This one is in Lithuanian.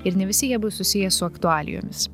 ir ne visi jie bus susiję su aktualijomis